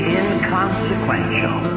inconsequential